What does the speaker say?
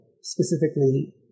specifically